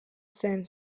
zen